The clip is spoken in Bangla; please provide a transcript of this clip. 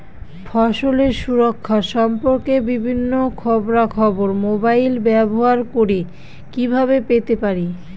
ফসলের সুরক্ষা সম্পর্কে বিভিন্ন খবরা খবর মোবাইল ব্যবহার করে কিভাবে পেতে পারি?